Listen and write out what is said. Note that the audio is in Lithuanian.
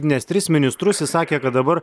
nes tris ministrus jis sakė kad dabar